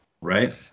right